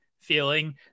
feeling